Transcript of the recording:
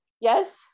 Yes